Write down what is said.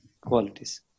qualities